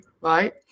right